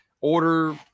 order